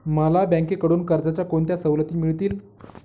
मला बँकेकडून कर्जाच्या कोणत्या सवलती मिळतील?